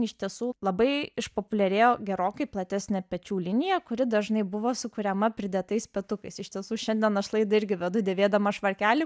iš tiesų labai išpopuliarėjo gerokai platesnė pečių linija kuri dažnai buvo sukuriama pridėtais petukais iš tiesų šiandien aš laidą irgi vedu dėvėdama švarkelį